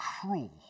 cruel